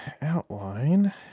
outline